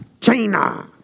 China